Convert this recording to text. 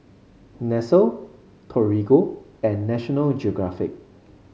Nestle Torigo and National Geographic